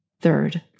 Third